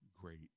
great